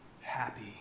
happy